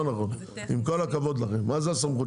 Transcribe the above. לא נכון, עם כל הכבוד לכם, מה זה הסמכות של השר?